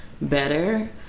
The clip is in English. better